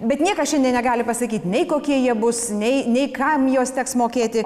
bet niekas šiandien negali pasakyt nei kokie jie bus nei nei kam juos teks mokėti